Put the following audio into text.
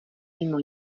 mimo